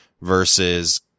versus